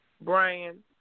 Brian